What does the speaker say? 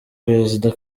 perezida